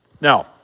Now